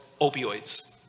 opioids